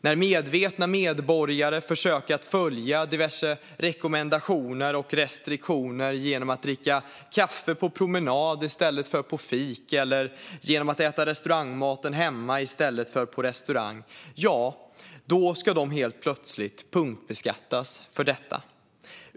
När medvetna medborgare försöker följa diverse rekommendationer och restriktioner genom att dricka kaffe på promenad i stället för på ett fik eller genom att äta restaurangmaten hemma i stället för på restaurang, då ska de helt plötsligt punktbeskattas för detta.